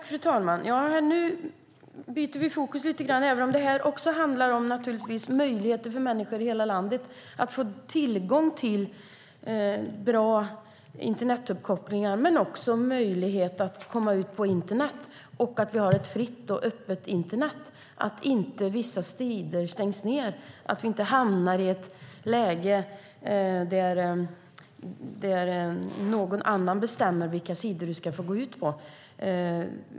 Fru talman! Nu byter vi fokus lite grann, även om också den här frågan handlar om möjligheter för människor i hela landet att få tillgång till bra internetuppkopplingar och möjlighet att komma ut på internet. Vi ska ha ett fritt och öppet internet som inte stängs ned vissa tider, och vi ska inte hamna i ett läge där någon annan bestämmer vilka sidor vi får gå ut på.